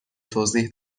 توضیح